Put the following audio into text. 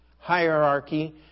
hierarchy